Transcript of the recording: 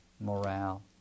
morale